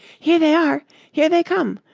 here they are here they come,